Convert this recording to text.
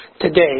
today